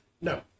No